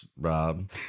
Rob